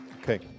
Okay